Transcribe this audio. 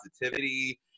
positivity